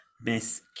Miss